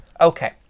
Okay